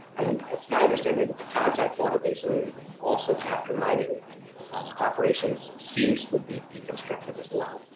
and it's my understanding that the contact water basin also after mining operations cease will be deconstructed as well.